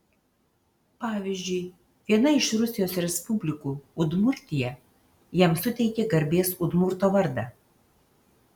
pavyzdžiui viena iš rusijos respublikų udmurtija jam suteikė garbės udmurto vardą